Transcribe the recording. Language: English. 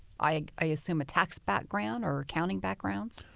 i i assume, a tax background or accounting backgrounds.